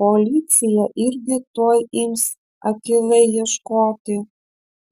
policija irgi tuoj ims akylai ieškoti